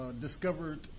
discovered